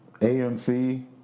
AMC